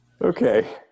Okay